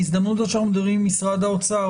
בהזדמנות זו שאנחנו מדברים עם משרד הבריאות,